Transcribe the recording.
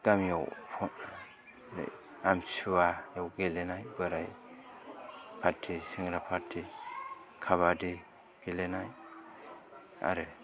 गामियाव आमतिसुायाव गेलेनाय बोराय पार्थी सेंग्रा पार्थी खाबादि गेलेनाय आरो